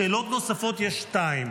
שאלות נוספות, יש שתיים: